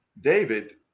David